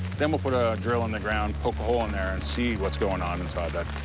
then we'll put a drill in the ground, poke a hole in there, and see what's goin' on inside that.